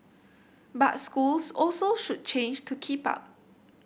but schools also should change to keep up